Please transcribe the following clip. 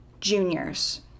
juniors